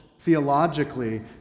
theologically